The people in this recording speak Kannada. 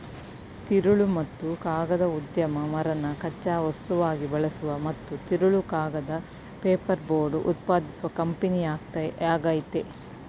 ತಿರುಳು ಮತ್ತು ಕಾಗದ ಉದ್ಯಮ ಮರನ ಕಚ್ಚಾ ವಸ್ತುವಾಗಿ ಬಳಸುವ ಮತ್ತು ತಿರುಳು ಕಾಗದ ಪೇಪರ್ಬೋರ್ಡ್ ಉತ್ಪಾದಿಸುವ ಕಂಪನಿಯಾಗಯ್ತೆ